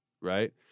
right